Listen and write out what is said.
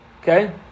Okay